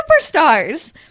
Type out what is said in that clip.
superstars